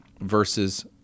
versus